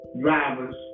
drivers